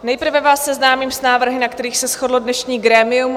Nejprve vás seznámím s návrhem, na kterém se shodlo dnešní grémium.